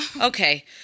Okay